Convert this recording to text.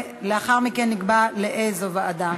לאחר מכן נקבע לאיזו ועדה.